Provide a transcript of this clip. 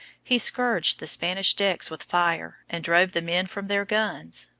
he scourged the spanish decks with fire and drove the men from their guns.